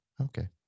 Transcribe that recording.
Okay